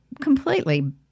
completely